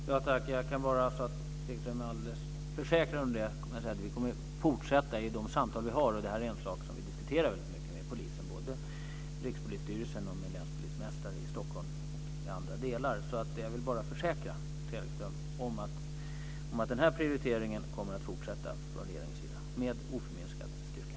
Fru talman! Jag kan bara försäkra Inger Segelström om att vi i de samtal som vi har kommer att fortsätta att bevaka detta. Detta är en sak som vi diskuterar både med Rikspolisstyrelsen och med länspolismästare i Stockholm och på andra håll. Jag kan försäkra att den här prioriteringen från regeringens sida kommer att fortsätta med oförändrad styrka.